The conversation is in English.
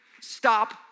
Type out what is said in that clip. Stop